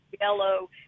yellow